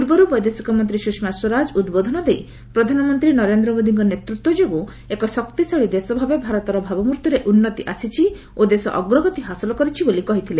ପୂର୍ବରୁ ବୈଦେଶିକ ମନ୍ତ୍ରୀ ସୁଷମା ସ୍ୱରାଜ ଉଦ୍ବୋଧନ ଦେଇ ପ୍ରଧାନମନ୍ତ୍ରୀ ନରେନ୍ଦ୍ର ମୋଦିଙ୍କ ନେତୃତ୍ୱ ଯୋଗୁଁ ଏକ ଶକ୍ତିଶାଳୀ ଦେଶ ଭାବେ ଭାରତର ଭାବମ୍ବର୍ତ୍ତିରେ ଉନ୍ନତି ଆସିଛି ଓ ଦେଶ ଅଗ୍ରଗତି ହାସଲ କରିଛି ବୋଲି କହିଥିଲେ